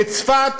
בצפת,